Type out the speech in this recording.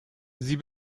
sie